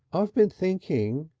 i been thinking,